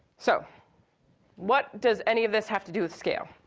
so what does any of this have to do with scale?